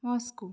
Moscow